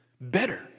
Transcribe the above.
better